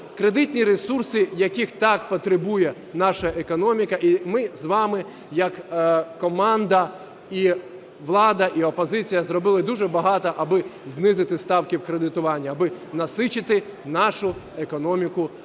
Кредитні ресурси, яких так потребує наша економіка. І ми з вами як команда, і влада, і опозиція, зробили дуже багато, аби знизити ставки кредитування, аби насичити нашу економіку грошима.